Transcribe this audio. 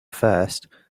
first